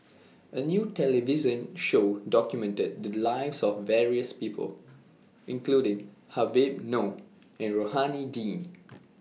A New television Show documented The Lives of various People including Habib Noh and Rohani Din